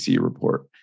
report